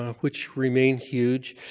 um which remain huge,